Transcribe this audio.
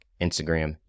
Instagram